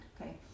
okay